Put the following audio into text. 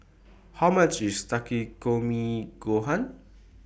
How much IS Takikomi Gohan